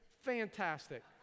Fantastic